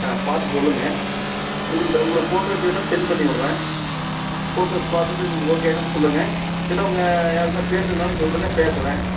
ஆ பார்த்து சொல்லுங்க உங்களுக்கு உங்களுக்கு ஃபோட்டோஸ் வேண்ணா செண்ட்டு பண்ணி விட்றேன் ஃபோட்டோஸ் பார்த்துட்டு நீங்கள் ஓகேன்னா சொல்லுங்க இல்லை உங்கள் யார்கிட்டையா பேசின்னாலும் சொல்லுங்க பேசுறேன்